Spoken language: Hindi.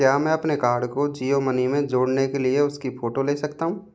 क्या मैं अपने कार्ड को जियो मनी में जोड़ने के लिए उसकी फ़ोटो ले सकता हूँ